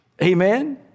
Amen